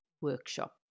workshop